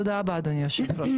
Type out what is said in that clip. תודה רבה, אדוני היושב ראש.